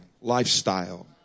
lifestyle